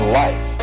life